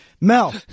Mel